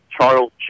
Charles